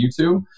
YouTube